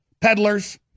peddlers